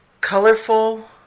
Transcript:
colorful